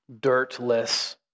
dirtless